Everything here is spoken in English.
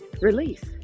release